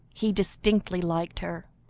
he distinctly liked her,